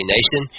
Nation